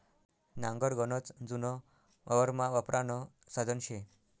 नांगर गनच जुनं वावरमा वापरानं साधन शे